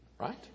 right